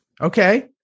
Okay